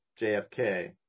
JFK